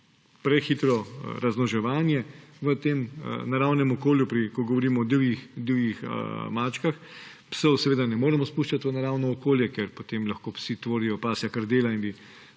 prehitro razmnoževanje v tem naravnem okolju, ko govorimo o divjih mačkah. Psov seveda ne moremo spuščati v naravno okolje, ker potem lahko psi tvorijo pasja krdela in bi